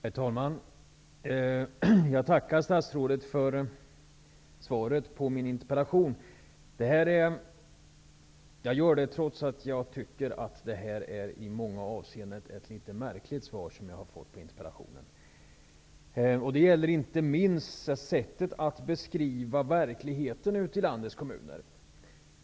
Herr talman! Jag tackar statsrådet för svaret på min interpellation trots att jag tycker att det svar jag fått i många avseenden är något märkligt. Det gäller inte minst sättet att beskriva verkligheten ute i landets kommuner.